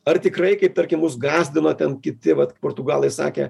ar tikrai kai tarkim mus gąsdino ten kiti vat portugalai sakė